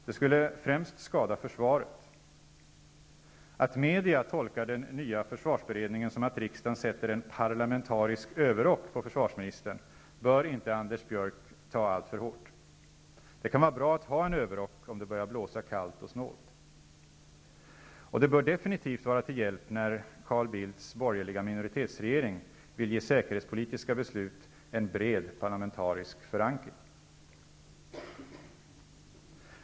Det skulle främst skada försvaret. Att media tolkar den nya försvarsberedningen som att riksdagen sätter en ''parlamentarisk överrock'' på försvarsministern bör inte Anders Björck ta alltför hårt. Det kan vara bra att ha en överrock om det börjar blåsa kallt och snålt. Det bör definitivt vara till hjälp när Carl Bildts borgerliga minoritetsregering vill ge säkerhetspolitiska beslut en bred parlamentarisk förankring.